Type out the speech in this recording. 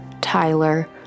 Tyler